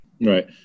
Right